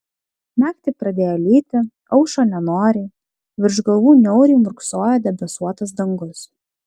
naktį pradėjo lyti aušo nenoriai virš galvų niauriai murksojo debesuotas dangus